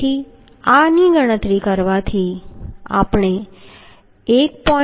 તેથી આની ગણતરી કરવાથી આપણે 1